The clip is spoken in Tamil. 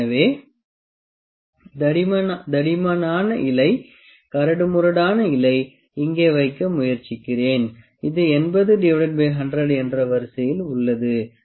எனவே தடிமனான இலை கரடுமுரடான இலை இங்கே வைக்க முயற்சிக்கிறேன் இது 80100 என்ற வரிசையில் உள்ளது 0